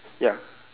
ya